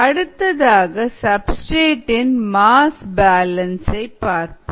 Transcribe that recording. அடுத்ததாக சப்ஸ்டிரேட் இன் mass balance பார்ப்போம்